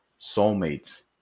soulmates